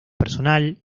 personal